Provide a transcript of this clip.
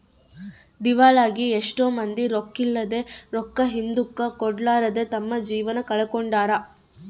ದಿವಾಳಾಗಿ ಎಷ್ಟೊ ಮಂದಿ ರೊಕ್ಕಿದ್ಲೆ, ರೊಕ್ಕ ಹಿಂದುಕ ಕೊಡರ್ಲಾದೆ ತಮ್ಮ ಜೀವ ಕಳಕೊಂಡಾರ